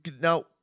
now